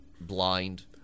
blind